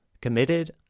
committed